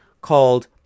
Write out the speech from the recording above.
called